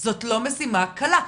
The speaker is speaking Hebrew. זאת לא משימה קלה.